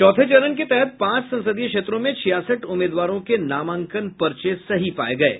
चौथे चरण के तहत पांच संसदीय क्षेत्रों में छियासठ उम्मीदवारों के नामांकन पर्चे सही पाये गये हैं